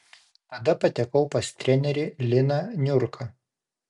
tada patekau pas trenerį liną niurką